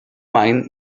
mine